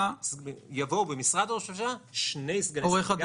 יבואו במשרד ראש הממשלה שני סגני שרים.